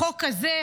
החוק הזה,